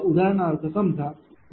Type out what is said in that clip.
उदाहरणार्थ समजा Vc1